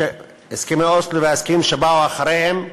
הסכמי אוסלו וההסכמים שבאו אחריהם,